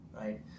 right